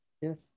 yes